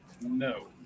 No